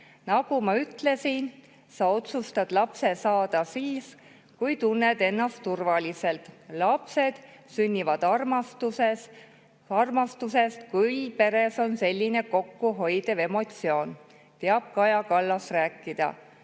Nagu ma ütlesin, sa otsustad lapse saada siis, kui sa tunned ennast turvaliselt. Lapsed sünnivad armastusest, kui peres on selline kokkuhoidev emotsioon," teab Kaja Kallas rääkida.